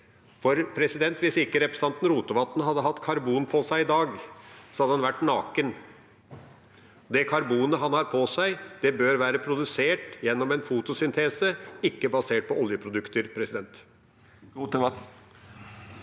av det. Hvis ikke representanten Rotevatn hadde hatt karbon på seg i dag, hadde han vært naken, og det karbonet han har på seg, bør være produsert gjennom en fotosyntese, ikke basert på oljeprodukter. Sveinung